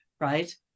right